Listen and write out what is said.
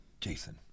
Jason